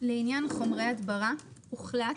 לעניין חומרי הדברה הוחלט